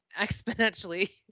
exponentially